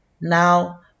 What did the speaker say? Now